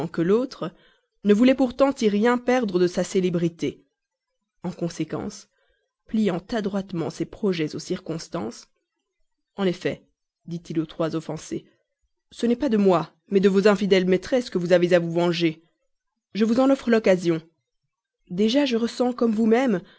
que l'autre ne voulait pourtant y rien perdre de sa célébrité en conséquence pliant adroitement ses projets aux circonstances en effet dit-il aux trois offensés ce n'est pas de moi mais de vos infidèles maîtresses que vous avez à vous venger je vous en offre l'occasion déjà je ressens comme vous-mêmes